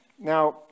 Now